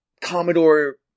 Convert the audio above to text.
Commodore